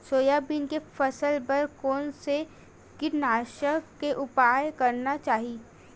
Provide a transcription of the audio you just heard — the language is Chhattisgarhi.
सोयाबीन के फसल बर कोन से कीटनाशक के उपयोग करना चाहि?